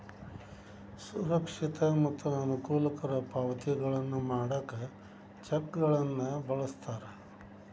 ಸುರಕ್ಷಿತ ಮತ್ತ ಅನುಕೂಲಕರ ಪಾವತಿಗಳನ್ನ ಮಾಡಾಕ ಚೆಕ್ಗಳನ್ನ ಬಳಸ್ತಾರ